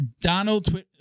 Donald